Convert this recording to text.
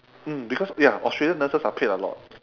mm because ya australian nurses are paid a lot